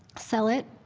sell it,